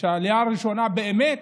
שהעלייה הראשונה באמת,